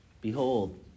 Behold